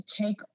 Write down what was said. take